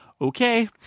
Okay